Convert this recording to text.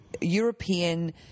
European